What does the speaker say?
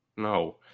No